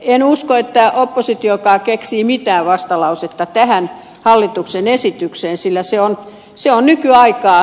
en usko että oppositiokaan keksii mitään vastalausetta tähän hallituksen esitykseen sillä se on nykyaikaa